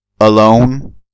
Alone